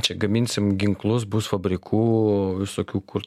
čia gaminsim ginklus bus fabrikų visokių kur